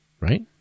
Right